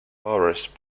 boris